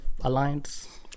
alliance